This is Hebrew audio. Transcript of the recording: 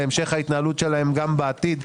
להמשך ההתנהלות שלהם גם בעתיד.